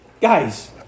Guys